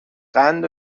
قند